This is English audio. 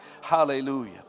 Hallelujah